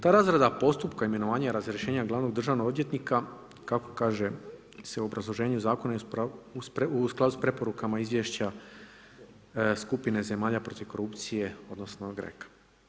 Ta razrada postupka imenovanja i razrješenja glavnog državnog odvjetnika kako kaže se u obrazloženju zakona je u skladu sa preporukama Izvješća skupine zemalja protiv korupcije odnosno GREC-a.